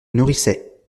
nourrissait